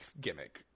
gimmick